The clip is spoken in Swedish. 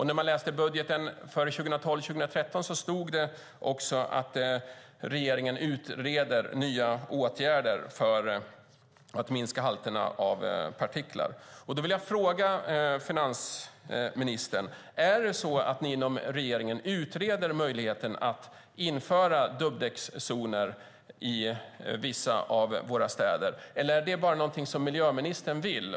När man läste budgeten för 2012-2013 såg man att det stod att regeringen utreder nya åtgärder för att minska halterna av partiklar. Jag vill fråga finansministern: Utreder ni inom regeringen möjligheten att införa dubbdäckszoner i vissa av våra städer? Eller är det bara någonting som miljöministern vill?